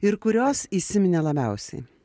ir kurios įsiminė labiausiai